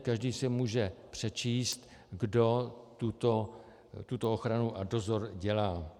Každý si může přečíst, kdo tuto ochranu a dozor dělá.